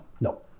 No